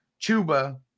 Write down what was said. chuba